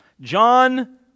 John